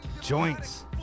joints